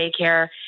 daycare